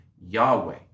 Yahweh